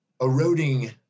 eroding